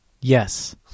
yes